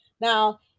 Now